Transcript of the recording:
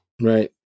Right